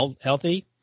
healthy